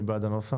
מי בעד הנוסח?